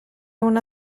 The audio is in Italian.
una